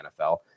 NFL